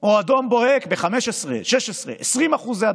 או אדום בוהק, ב-15%, 16%, 20% הדבקה,